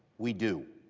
we do.